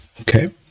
Okay